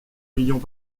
millions